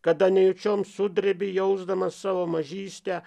kada nejučiom sudrebi jausdamas savo mažystę